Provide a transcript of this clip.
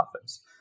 office